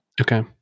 okay